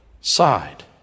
side